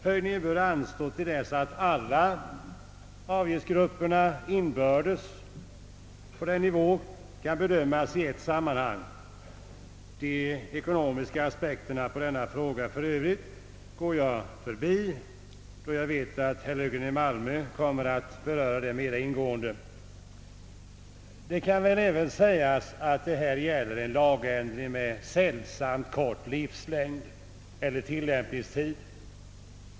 Höjningen bör anstå till dess den inbördes nivån av alla avgiftsgrupper kan bedömas i ett sammanhang. De ekonomiska aspekterna på denna fråga i övrigt går jag förbi, då jag vet att herr Löfgren i Malmö kommer att beröra dem. Det kan väl sägas att det här gäller en lagändring med sällsamt kort livslängd eller tillämpningstid.